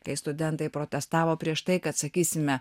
kai studentai protestavo prieš tai kad sakysime